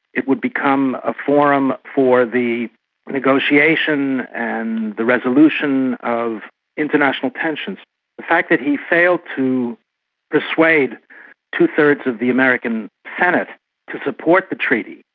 it would become a forum for the negotiation and the resolution of international tensions. the fact that he failed to persuade two-thirds of the american senate to support the treaty,